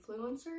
influencers